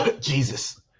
Jesus